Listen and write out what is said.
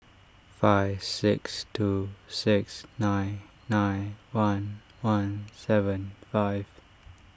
five six two six nine nine one one seven five